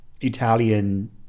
Italian